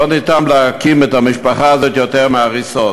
לא ניתן להקים את המשפחה הזאת מההריסות.